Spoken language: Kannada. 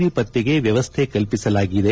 ವಿ ಪತ್ತೆಗೆ ಮ್ಯವಸ್ಥೆ ಕಲ್ಪಿಸಲಾಗಿದೆ